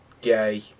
Gay